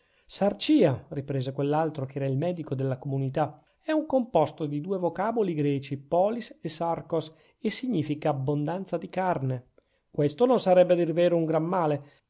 sarcìa riprese quell'altro che era il medico della comunità è un composto di due vocaboli greci polis e sarcos e significa abbondanza di carne questo non sarebbe a dir vero un gran male